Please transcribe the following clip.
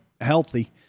healthy